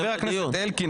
חבר הכנסת אלקין,